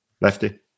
Lefty